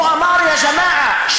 הוא אמר: יא ג'מעה,